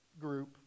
group